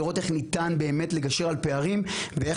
לראות איך אפשר באמת לגשר על פערים ואיך